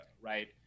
right